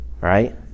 right